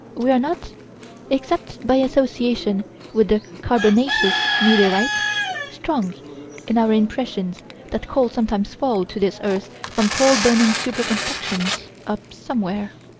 we are not except by association with the carbonaceous meteorites strong in our impression that coal sometimes falls to this earth from coal-burning super-constructions up somewhere